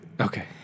Okay